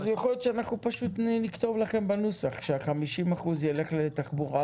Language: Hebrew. אז יכול להיות שאנחנו פשוט נכתוב לכם בנוסח שה-50% יילך לתחבורה